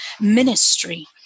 ministry